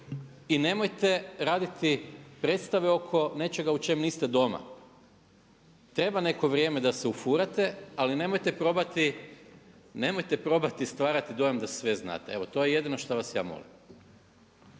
i nemojte raditi predstave oko nečega u čem niste doma. Treba neko vrijeme da se ufurate, ali nemojte probati stvarati dojam da sve znate. Evo to je jedino šta vas ja molim.